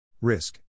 Risk